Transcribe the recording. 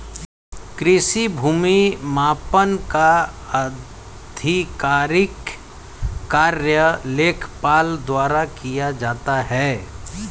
कृषि भूमि मापन का आधिकारिक कार्य लेखपाल द्वारा किया जाता है